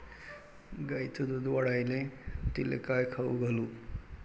गायीचं दुध वाढवायले तिले काय खाऊ घालू?